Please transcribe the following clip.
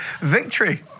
victory